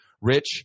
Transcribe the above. Rich